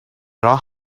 راه